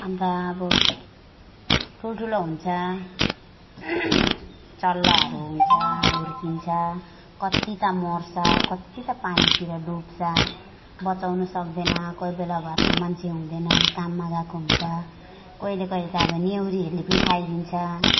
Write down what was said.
अन्त अब ठुल्ठुलो हुन्छ चल्लाहरू हुन्छ हुर्किन्छ कति त मर्छ कति त पानीतिर डुब्छ बचाउन सक्दैन कोही बेला घरमा मान्छे हुँदैन काममा गएको हुन्छ कहिले कहिले त अब न्याउरीहरूले पनि खाइदिन्छ